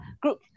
group